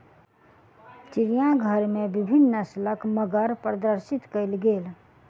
चिड़ियाघर में विभिन्न नस्लक मगर प्रदर्शित कयल गेल